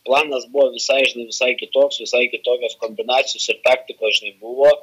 planas buvo visai visai kitoks visai kitokios kombinacijos ir taktikos žinai buvo